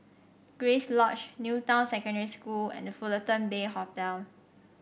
Grace Lodge New Town Secondary School and The Fullerton Bay Hotel